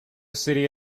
city